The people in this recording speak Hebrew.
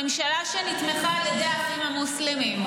הממשלה שנתמכה על ידי האחים המוסלמים.